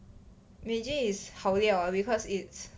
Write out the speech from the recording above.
Meiji is 好料 because it's